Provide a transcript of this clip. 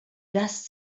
das